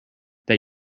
that